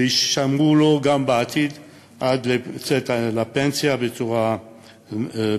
והן יישמרו לו גם בעתיד עד היציאה לפנסיה בצורה מסודרת.